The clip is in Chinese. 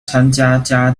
参加